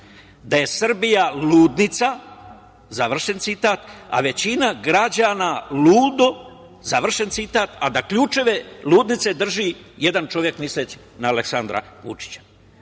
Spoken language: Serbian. „da je Srbija ludnica“, završen citat, „većina građana ludo“, završen citat, „a da ključeve ludnice drži jedan čovek“, misleći na Aleksandra Vučića. Uvaženi